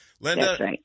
Linda